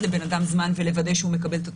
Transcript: לאדם זמן ולוודא שהוא מקבל את התוצאה,